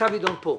הצו ידון פה.